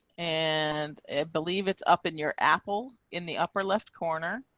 and believe it's up in your apple in the upper left corner.